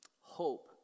Hope